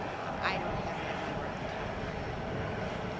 um, i don't have that number off the top of my head, but i could,